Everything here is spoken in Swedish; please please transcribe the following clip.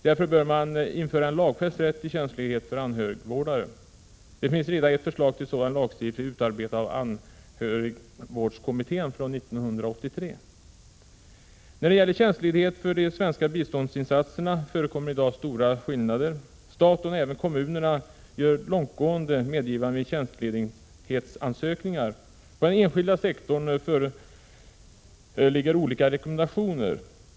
Därför bör man införa en lagfäst rätt till tjänstledighet för anhörigvård. Det finns redan ett förslag till sådan lagstiftning, utarbetat av anhörigvårdskommitten och framlagt år 1983. När det gäller rätt till tjänstledighet för de svenska biståndsinsatserna förekommer i dag stora skillnader. Staten och även kommunerna gör långtgående medgivanden vid tjänstledighetsansökningar. På den enskilda sektorn föreligger olika rekommendationer.